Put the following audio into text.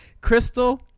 Crystal